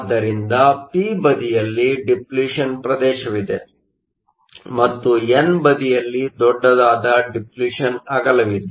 ಆದ್ದರಿಂದ ಪಿ ಬದಿಯಲ್ಲಿ ಡಿಪ್ಲಿಷನ್Depletion ಪ್ರದೇಶವಿದೆ ಮತ್ತು ಎನ್ ಬದಿಯಲ್ಲಿ ದೊಡ್ಡದಾದ ಡಿಪ್ಲಿಷನ್Depletion ಅಗಲವಿದೆ